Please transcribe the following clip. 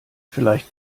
vielleicht